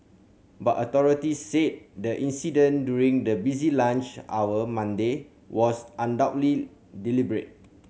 but authorities said the incident during the busy lunch hour Monday was undoubtedly deliberate